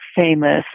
famous